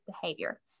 behavior